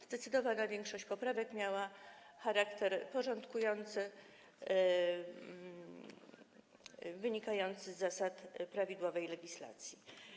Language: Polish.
Zdecydowana większość poprawek miała charakter porządkujący, wynikający z zasad prawidłowej legislacji.